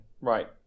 Right